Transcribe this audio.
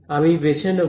আমি বেছে নেব